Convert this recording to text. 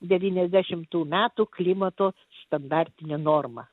devyniasdešimtų metų klimato standartinė norma